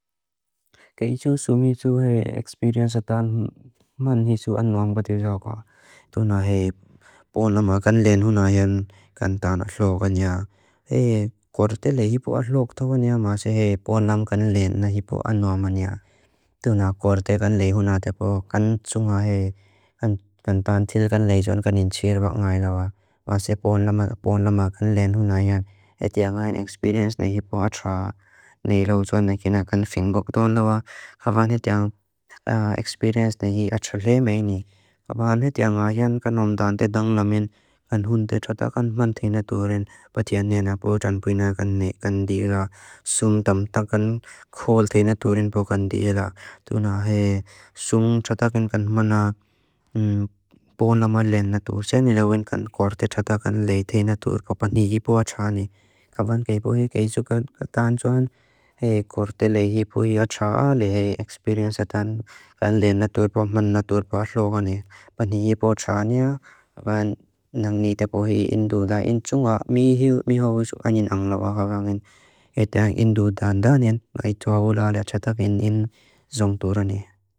Ke i txu súmi txu he experience a tán man hi sú anuam pa tíu xáakua. Tuna he bó náma kan lén húná ián kan tán atlókan iá. He kórte lehi bó atlók tóka niá masé he bó náma kan lén na hi bó anuam man iá. Tuna kórte kan lehi húná tíu bó kan tsu ngá he kan tán tíu kan lehi tón kan in txir bó ngái lawa. Masé bó náma kan lén húná iá. He tíu anuam experience ni hi bó atlók niá ló tón na kiná kan fin gók tón lawa. Ke i txu súmi txu he experience a tán man hi sú anuam pa tíu xáakua. Ke i txu súmi txu he experience a tán man hi sú anuam pa tíu kan lén na hi bó atlókan iá. He kórte lehi bó atlókan iá. Ke i txu súmi txu he experience a tán man hi sú anuam pa tíu kan lén na hi bó atlókan iá. He txu súmi txu he experience a tán man hi sú anuam pa tíu kan lén na hi bó atlókan iá. He txu súmi txu he experience a tán man hi sú anuam pa tíu kan lén na hi bó atlókan iá. He txu súmi txu he experience a tán man hi sú anuam pa tíu kan lén na hi bó atlókan iá. He txu súmi txu he experience a tán man hi sú anuam pa tíu kan lén na hi bó atlókan iá. He txu súmi txu he experience a tán man hi sú an